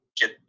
get